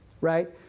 right